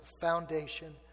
foundation